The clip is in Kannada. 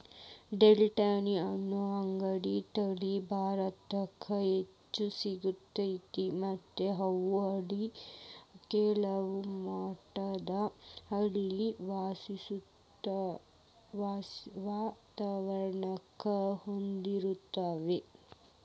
ಡೆಕ್ಕನಿ ಅನ್ನೋ ಆಡಿನ ತಳಿ ಭಾರತದಾಗ್ ಹೆಚ್ಚ್ ಸಿಗ್ತೇತಿ ಮತ್ತ್ ಇವು ಅತಿ ಕೆಳಮಟ್ಟದ ಹಳ್ಳಿ ವಾತವರಣಕ್ಕ ಹೊಂದ್ಕೊತಾವ